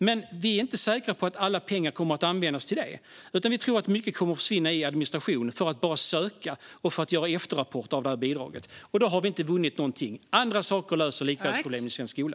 Men vi är inte säkra på att alla pengar kommer att användas till detta. Vi tror att mycket kommer att försvinna i administration av ansökningar och efterrapporter av bidraget. Då har vi inte vunnit någonting. Det är andra saker som löser likvärdighetsproblemen i svensk skola.